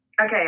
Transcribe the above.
Okay